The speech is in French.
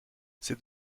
c’est